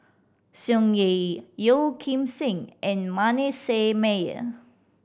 Tsung Yeh Yeo Kim Seng and Manasseh Meyer